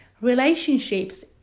relationships